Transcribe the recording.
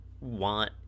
want